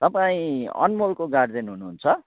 तपाईँ अनमोलको गार्जेन हुनुहुन्छ